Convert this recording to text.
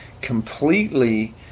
completely